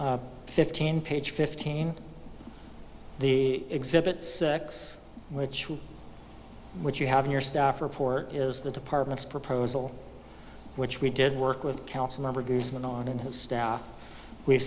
e fifteen page fifteen the exhibits six which what you have in your staff report is the department's proposal which we did work with council member who's going on in his staff we've